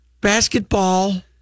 basketball